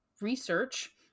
Research